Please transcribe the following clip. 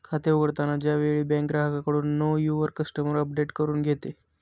खाते उघडताना च्या वेळी बँक ग्राहकाकडून नो युवर कस्टमर अपडेट करून घेते